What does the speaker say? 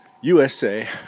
USA